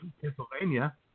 Pennsylvania